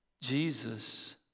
Jesus